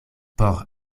por